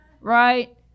Right